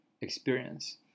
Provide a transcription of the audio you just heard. experience